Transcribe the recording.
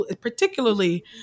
particularly